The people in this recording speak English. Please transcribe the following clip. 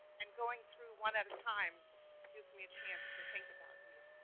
and going through one at a time gives me a chance to think about you.